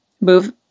move